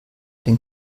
den